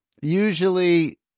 Usually